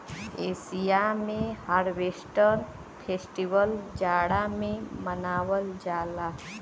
Asia में harvest festival जाड़ा में मनावल जाला